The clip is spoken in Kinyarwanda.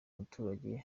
abaturage